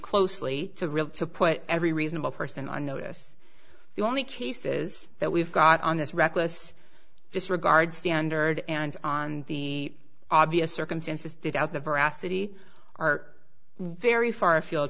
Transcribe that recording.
closely to real to put every reasonable person on notice the only cases that we've got on this reckless disregard standard and on the obvious circumstances did out the veracity are very far afield